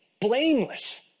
blameless